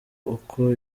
uko